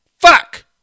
Fuck